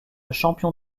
champion